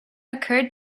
occurred